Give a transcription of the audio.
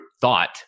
thought